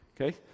okay